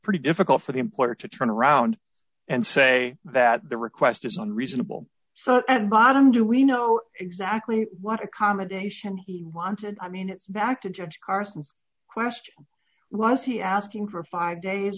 pretty difficult for the employer to turn around and say that the request isn't reasonable so at bottom do we know exactly what accommodation he wanted i mean it's back to judge carson's question was he asking for five days